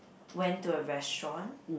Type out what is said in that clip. went to a restaurant